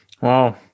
Wow